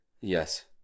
yes